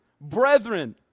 brethren